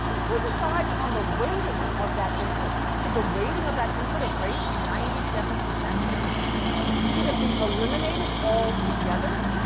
who decides on the weighting of that input. should the weighting of that input of race be ninety seven? should it be two percent? should it be eliminated altogether?